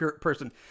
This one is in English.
person